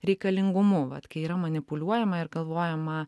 reikalingumu vat kai yra manipuliuojama ir galvojama